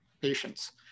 patients